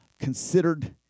considered